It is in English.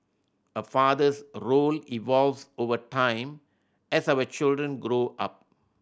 a father's role evolves over time as our children grow up